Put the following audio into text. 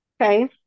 Okay